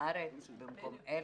מהארץ במקום אלה?